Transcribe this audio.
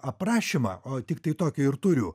aprašymą o tiktai tokį ir turiu